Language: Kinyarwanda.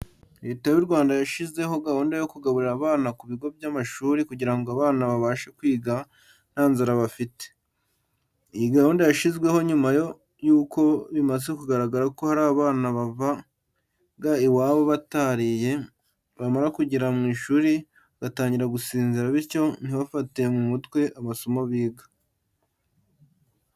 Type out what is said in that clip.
Leta y'u Rwanda yashyizeho gahunda yo kugaburira abana ku bigo by'amashuri kugira ngo abana babashe kwiga nta nzara bafite. Iyi gahunda yashyizweho nyuma yuko bimaze kugaragara ko hari abana bavaga iwabo batariye bamara kugera mu ishuri, bagatangira gusinzira bityo ntibafate mu mutwe amasomo biga.